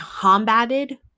combated